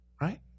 right